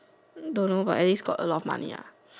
I think don't know but at least got a lot of money ah